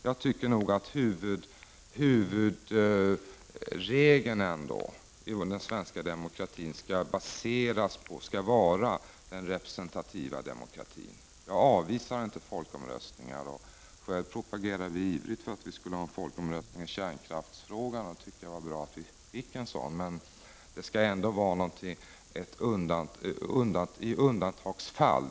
Jag tycker nog att det när det gäller huvudregeln i den svenska demokratin skall handla om den representativa demokratin. Jag avvisar inte folkomröstningar. Själva propagerade ju vi i vpk ivrigt för en folkomröstning i kärn kraftsfrågan och därför tycker jag att det var bra att vi fick en sådan omröstning. Men det skall gälla i undantagsfall.